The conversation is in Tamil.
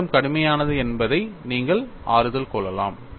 கணிதம் கடுமையானது என்பதை நீங்கள் ஆறுதல் கொள்ளலாம்